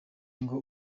ngo